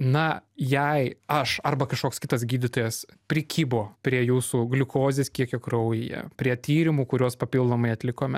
na jei aš arba kažkoks kitas gydytojas prikibo prie jūsų gliukozės kiekio kraujyje prie tyrimų kuriuos papildomai atlikome